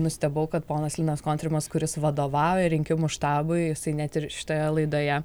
nustebau kad ponas linas kontrimas kuris vadovauja rinkimų štabui jisai net ir šitoje laidoje